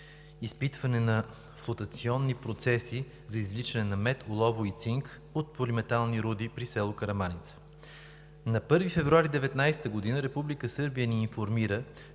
изпитване на флотационни процеси за извличане на мед, олово и цинк от полиметални руди при село Караманица. На 1 февруари 2019 г. Република Сърбия